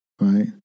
right